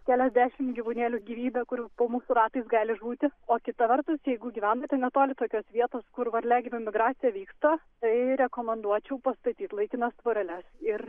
keliasdešimt gyvūnėlių gyvybė kurių po mūsų ratais gali žūti o kita vertus jeigu gyvenate netoli tokios vietos kur varliagyvių migracija vyksta tai rekomenduočiau pastatyt laikinas tvoreles ir